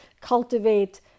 cultivate